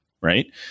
Right